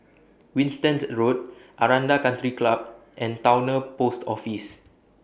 Winstedt Road Aranda Country Club and Towner Post Office